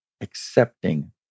accepting